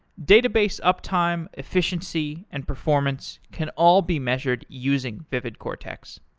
database uptime, efficiency, and performance can all be measured using vividcortex.